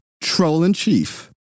troll-in-chief